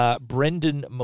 Brendan